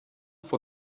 for